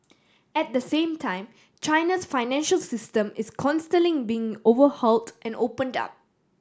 at the same time China's financial system is constantly being overhauled and opened up